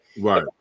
Right